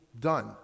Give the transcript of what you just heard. done